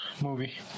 movie